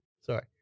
Sorry